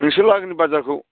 नोंसोर लागोनि बाजारखौ